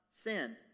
sin